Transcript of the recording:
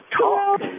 talk